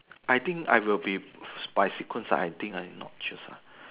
I think I will be by sequence lah I think I not choose lah